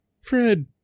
Fred